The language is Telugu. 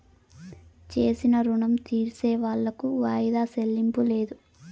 చేసిన రుణం తీర్సేవాళ్లకు వాయిదా చెల్లింపు లేదు